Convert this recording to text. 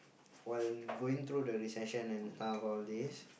while going through the recession and tough all this